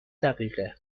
دقیقه